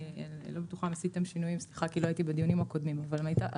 לא הייתי בדיונים הקודמים ואני לא בטוחה אם עשיתם שינויים.